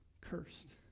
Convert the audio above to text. cursed